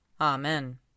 Amen